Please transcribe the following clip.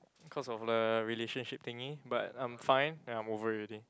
cause of the relationship thingy but I'm fine and I'm over it already